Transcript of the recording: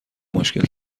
مشکل